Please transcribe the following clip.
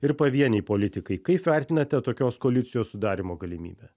ir pavieniai politikai kaip vertinate tokios koalicijos sudarymo galimybę